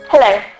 Hello